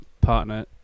partner